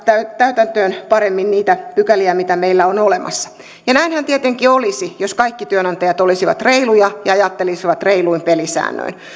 täytäntöön paremmin niitä pykäliä mitä meillä on olemassa ja näinhän tietenkin olisi jos kaikki työnantajat olisivat reiluja ja ajattelisivat reiluin pelisäännöin